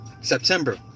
September